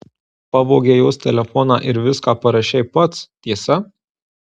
pavogei jos telefoną ir viską parašei pats tiesa